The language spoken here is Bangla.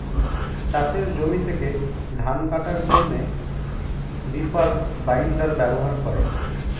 চাষের জমি থেকে ধান কাটার জন্যে রিপার বাইন্ডার ব্যবহার করে